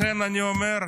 לכן אני אומר,